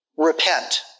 Repent